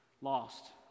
lost